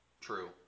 True